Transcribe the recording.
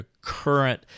current